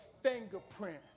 fingerprint